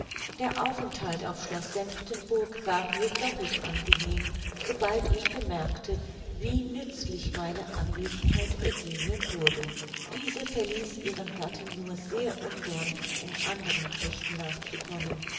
der aufenthalt auf schloß senftenburg war mir doppelt angenehm sobald ich bemerkte wie nützlich meine anwesenheit eugenien wurde diese verließ ihren gatten nur sehr ungern um anderen pflichten nachzukommen